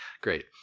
Great